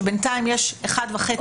שבינתיים יש אחד וחצי במדינת ישראל.